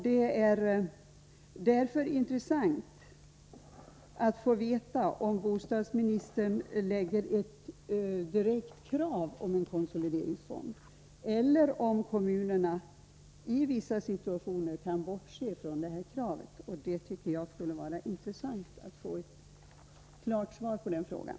Det är därför intressant att få veta om bostadsministern ställer ett direkt krav på inrättande av konsolideringsfond eller om kommunerna i vissa situationer kan bortse från kravet i fråga. Jag skulle gärna vilja ha ett klart svar på den frågan.